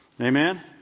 Amen